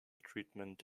treatment